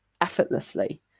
effortlessly